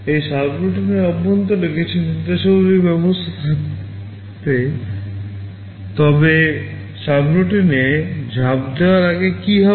এই সাবরুটিনের অভ্যন্তরে কিছু নির্দেশাবলীর ব্যবস্থা থাকবে তবে সাবরোটিনে ঝাঁপ দেওয়ার আগে কী হবে